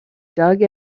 dug